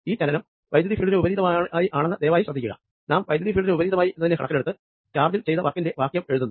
ഈ ചലനം ഇലക്ട്രിക് ഫീൽഡിന് വിപരീതമായി ആണെന്ന് ദയവായി ശ്രദ്ധിക്കുക നാം ഇലക്ട്രിക് ഫീൽഡിന് വിപരീതമായി എന്നതിനെ കണക്കിലെടുത്ത് ചാർജിൽ ചെയ്ത വർക്കിന്റെ വാക്യം എഴുതുന്നു